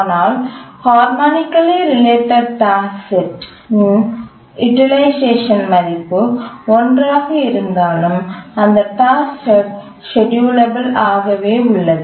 ஆனால் harmonically related task set இன் utilization மதிப்பு ஒன்றாக இருந்தாலும் அந்த டாஸ்க்செட் ஷெட்யூலெபல் ஆகவே உள்ளது